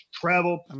travel